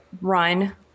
run